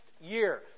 year